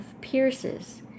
pierces